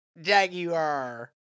Jaguar